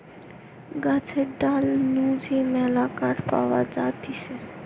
গাছের ডাল নু যে মেলা কাঠ পাওয়া যাতিছে